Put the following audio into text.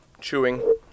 chewing